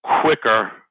quicker